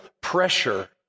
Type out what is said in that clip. pressure